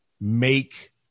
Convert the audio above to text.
make